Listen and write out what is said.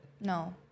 no